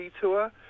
tour